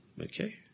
okay